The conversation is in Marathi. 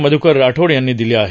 मध्कर राठोड यांनी दिली आहे